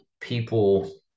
people